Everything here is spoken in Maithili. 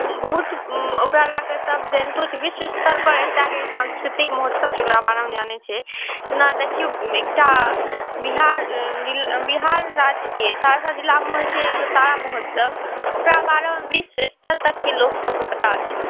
बहुत ओकरा लए कऽ सभ जनितो छै विश्व स्तरपर एकटा सांस्कृतिक महोत्सव छै ओकरा बारेमे जानै छै जेना देखियौ एकटा बिहार बिहार राज्यके सहरसा जिलामे होइ छै उग्रतारा महोत्सव ओकरा बारेमे विश्व स्तर तकके लोक सभके पता छै